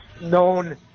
known